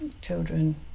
children